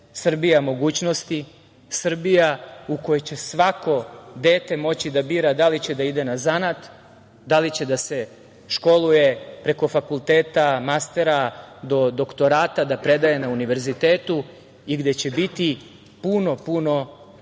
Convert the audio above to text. Srbija mogućnosti, Srbija u kojoj će svako dete moći da bira, da li će da ide na zanat, da li će da se školuje preko fakulteta, mastera, do doktorata, da predaje na univerzitetu i gde će biti puno, puno takvih